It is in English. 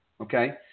Okay